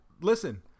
Listen